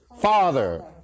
father